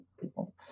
people